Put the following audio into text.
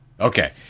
Okay